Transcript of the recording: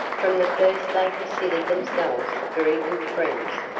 from the first they considered themselves very good friends,